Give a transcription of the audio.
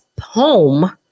home